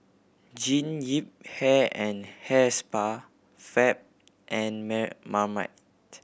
Jean Yip Hair and Hair Spa Fab and Mare Marmite